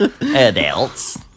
Adults